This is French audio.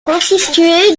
constituée